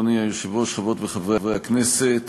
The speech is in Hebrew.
אדוני היושב-ראש, חברות וחברי הכנסת,